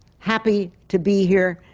happy to be here,